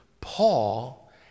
Paul